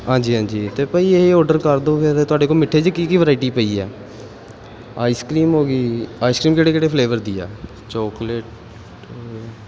ਹਾਂਜੀ ਹਾਂਜੀ ਅਤੇ ਭਾਅ ਜੀ ਇਹ ਔਡਰ ਕਰ ਦਿਓ ਫਿਰ ਤੁਹਾਡੇ ਕੋਲ ਮਿੱਠੇ 'ਚ ਕੀ ਕੀ ਵਰਾਈਟੀ ਪਈ ਆ ਆਈਸ ਕ੍ਰੀਮ ਹੋ ਗਈ ਆਈਸ ਕ੍ਰੀਮ ਕਿਹੜੇ ਕਿਹੜੇ ਫਲੇਵਰ ਦੀ ਆ ਚੋਕਲੇਟ